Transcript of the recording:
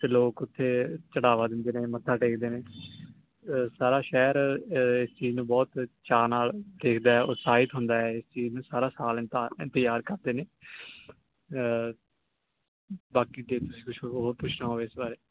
ਅਤੇ ਲੋਕ ਉੱਥੇ ਚੜ੍ਹਾਵਾ ਦਿੰਦੇ ਨੇ ਮੱਥਾ ਟੇਕਦੇ ਨੇ ਸਾਰਾ ਸ਼ਹਿਰ ਇਸ ਚੀਜ਼ ਨੂੰ ਬਹੁਤ ਚਾਅ ਨਾਲ ਦੇਖਦਾ ਉਤਸ਼ਾਹਿਤ ਹੁੰਦਾ ਇਸ ਚੀਜ਼ ਨੂੰ ਸਾਰਾ ਸਾਲ ਇੰਤਾ ਇੰਤਜ਼ਾਰ ਕਰਦੇ ਨੇ ਬਾਕੀ ਜੇ ਤੁਸੀਂ ਕੁਛ ਹੋਰ ਪੁੱਛਣਾ ਹੋਵੇ ਇਸ ਬਾਰੇ